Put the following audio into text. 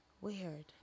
Weird